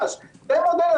--- אתם מדברים.